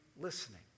listening